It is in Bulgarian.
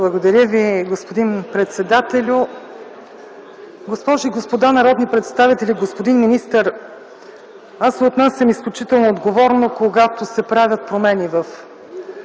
Благодаря Ви, господин председателю. Госпожи и господа народни представители, господин министър! Аз се отнасям изключително отговорно, когато се правят промени в